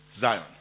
Zion